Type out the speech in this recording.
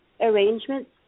arrangements